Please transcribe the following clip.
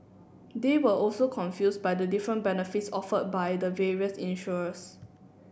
they were also confused by the different benefits offered by the various insurers